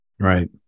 Right